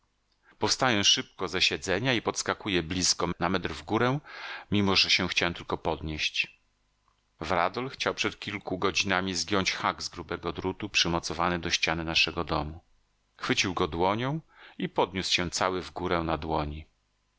powstaję szybko ze siedzenia i podskakuję blizko na metr w górę mimo że się chciałem tylko podnieść varadol chciał przed kilku godzinami zgiąć hak z grubego drutu przymocowany do ściany naszego domu chwycił go dłonią i podniósł się cały w górę na dłoni